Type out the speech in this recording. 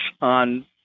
on